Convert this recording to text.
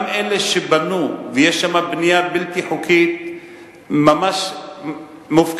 גם אלה שבנו, ויש שם בנייה בלתי חוקית ממש מופקרת,